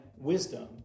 wisdom